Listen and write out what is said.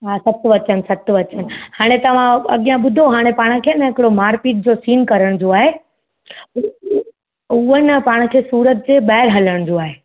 हा सत्य वचन सत्य वचन हाणे तव्हां अॻियां ॿुधो हाणे पाण खे न हिकिड़ो मार पीट जो सिन करण जो आहे उ उ उहो न पाण खे सूरत जे ॿाहिरि हलण आहे